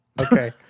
Okay